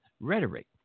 rhetoric